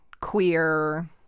queer